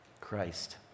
Christ